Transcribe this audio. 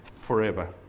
forever